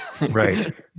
Right